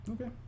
Okay